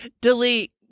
delete